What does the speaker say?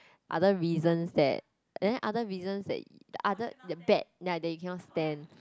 other reasons that then other reasons that other the bad ya that you cannot stand